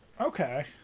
Okay